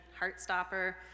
Heartstopper